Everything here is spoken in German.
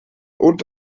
und